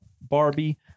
Barbie